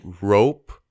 rope